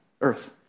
earth